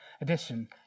edition